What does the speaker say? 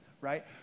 right